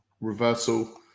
reversal